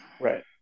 Right